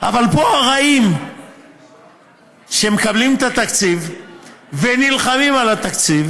אבל פה הרעים שמקבלים את התקציב ונלחמים על התקציב,